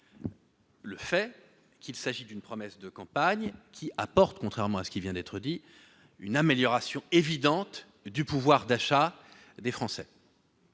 Deuxièmement, cette promesse de campagne entraîne, contrairement à ce qui vient d'être dit, une amélioration évidente du pouvoir d'achat des Français.